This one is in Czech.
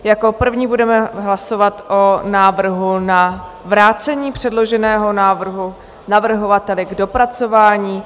Jako první budeme hlasovat o návrhu na vrácení předloženého návrhu navrhovateli k dopracování.